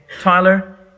Tyler